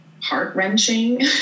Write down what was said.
heart-wrenching